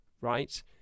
right